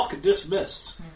dismissed